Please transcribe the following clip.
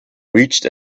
reached